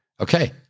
Okay